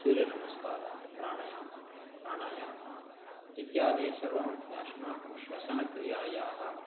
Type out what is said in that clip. सूर्यनमस्कारः प्राणयामः प्राणायामः इत्यादिसर्वम् अस्माकं श्वसनक्रियायाः